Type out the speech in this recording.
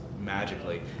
Magically